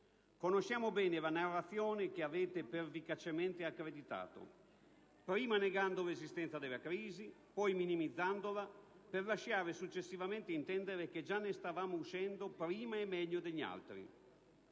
Conosciamo bene la narrazione che avete pervicacemente accreditato, prima negando l'esistenza della crisi, poi minimizzandola, per lasciare successivamente intendere che già ne stavamo uscendo prima e meglio degli altri.